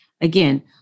again